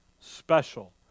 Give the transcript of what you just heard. Special